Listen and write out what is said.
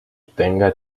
tenga